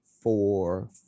four